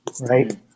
right